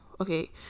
Okay